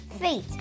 feet